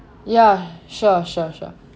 ya sure sure sure